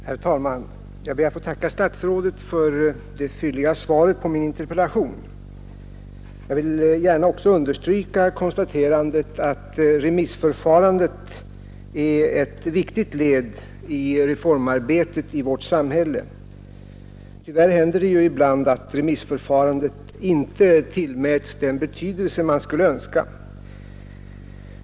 Herr talman! Jag ber att få tacka statsrådet för det fylliga svaret på min interpellation. Jag vill också understryka konstaterandet att remissförfarandet är ett viktigt led i reformarbetet i vårt samhälle. Tyvärr händer det ju ibland att remissförfarandet inte tillmäts den betydelse man skulle önska.